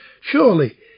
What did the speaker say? Surely